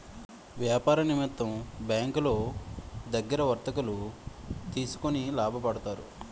వ్యాపార నిమిత్తం బ్యాంకులో దగ్గర వర్తకులు తీసుకొని లాభపడతారు